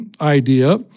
idea